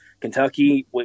Kentucky